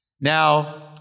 Now